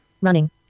running